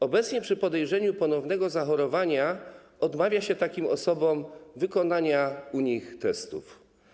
Obecnie przy podejrzeniu ponownego zachorowania odmawia się takim osobom wykonania u nich testów.